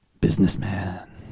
Businessman